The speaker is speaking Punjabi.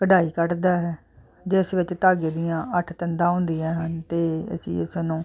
ਕਢਾਈ ਕੱਢਦਾ ਜਿਸ ਵਿੱਚ ਧਾਗੇ ਦੀਆਂ ਅੱਠ ਤੰਦਾਂ ਹੁੰਦੀਆਂ ਹਨ ਅਤੇ ਅਸੀਂ ਇਸ ਨੂੰ